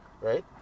right